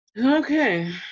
okay